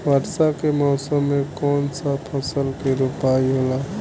वर्षा के मौसम में कौन सा फसल के रोपाई होला?